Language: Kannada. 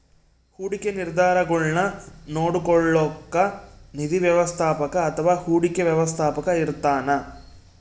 ಹೂಡಿಕೆ ನಿರ್ಧಾರಗುಳ್ನ ನೋಡ್ಕೋಳೋಕ್ಕ ನಿಧಿ ವ್ಯವಸ್ಥಾಪಕ ಅಥವಾ ಹೂಡಿಕೆ ವ್ಯವಸ್ಥಾಪಕ ಇರ್ತಾನ